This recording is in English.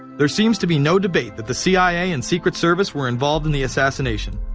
there seems to be no debate that the cia and secret service. were involved in the assassination.